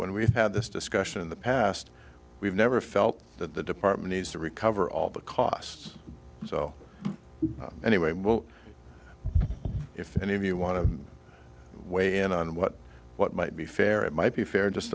when we've had this discussion in the past we've never felt that the department needs to recover all the costs so anyway well if any of you want to weigh in on what what might be fair it might be fair just